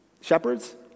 Shepherds